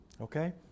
Okay